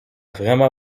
vraiment